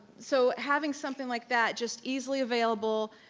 so having something like that just easily available,